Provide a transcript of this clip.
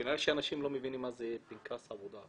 כנראה אנשים לא מבינים מה זה פנקס עבודה.